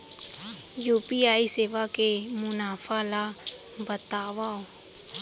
UPI सेवा के मुनाफा ल बतावव?